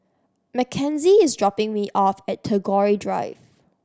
Makenzie is dropping me off at Tagore Drive